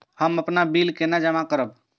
हम अपन बिल केना जमा करब?